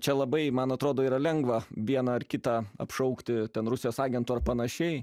čia labai man atrodo yra lengva vieną ar kitą apšaukti ten rusijos agentu ar panašiai